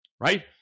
Right